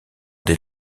des